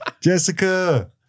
Jessica